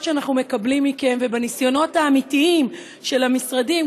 שאנחנו מקבלים מכם ובניסיונות האמיתיים של המשרדים,